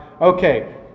okay